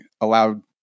allowed